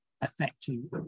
affecting